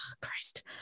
Christ